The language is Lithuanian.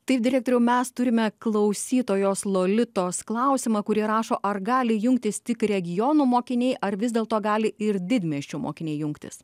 taip direktoriau mes turime klausytojos lolitos klausimą kuri rašo ar gali jungtis tik regionų mokiniai ar vis dėlto gali ir didmiesčių mokiniai jungtis